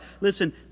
Listen